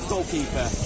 Goalkeeper